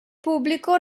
pubblico